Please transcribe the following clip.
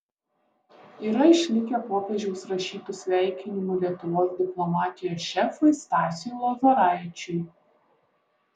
yra išlikę popiežiaus rašytų sveikinimų lietuvos diplomatijos šefui stasiui lozoraičiui